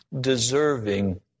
deserving